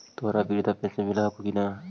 तोहरा वृद्धा पेंशन मिलहको ने?